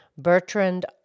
Bertrand